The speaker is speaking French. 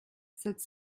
sept